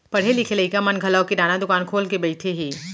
पढ़े लिखे लइका मन घलौ किराना दुकान खोल के बइठे हें